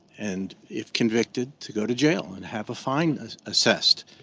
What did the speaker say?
and if convicted to go to jail and have a fine ah assessed.